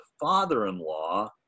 father-in-law